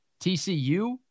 TCU